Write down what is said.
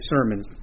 sermons